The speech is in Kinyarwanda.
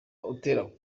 atera